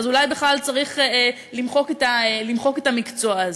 אז אולי בכלל צריך למחוק את המקצוע הזה.